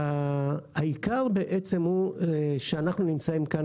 העיקר בעצם הוא שאנחנו נמצאים כאן,